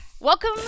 welcome